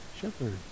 shepherd